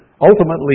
ultimately